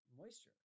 moisture